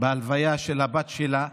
בהלוויה של הבת שלה,